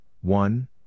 one